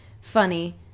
funny